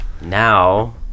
Now